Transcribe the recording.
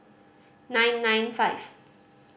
nine nine five